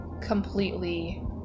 completely